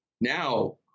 now